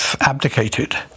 abdicated